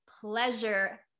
pleasure